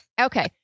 Okay